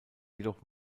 jedoch